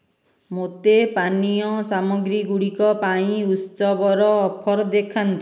ମୋତେ ପାନୀୟ ସାମଗ୍ରୀଗୁଡ଼ିକ ପାଇଁ ଉତ୍ସବର ଅଫର୍ ଦେଖାନ୍ତୁ